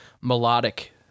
melodic